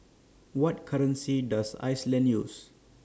What currency Does Iceland use